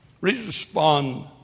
respond